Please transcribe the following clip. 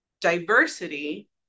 diversity